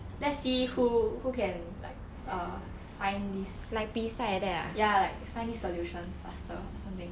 let's see who who can like err find this ya like find this solution faster or something